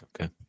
Okay